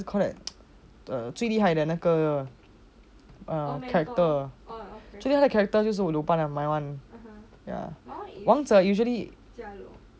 call that 最厉害的那个 err character actually 那个 characters 就是 luban my one wangzhe usually